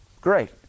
Great